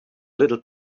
little